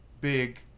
big